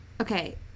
Okay